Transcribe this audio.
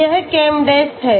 यह ChemDes है